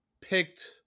picked